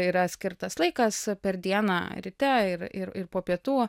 yra skirtas laikas per dieną ryte ir ir ir po pietų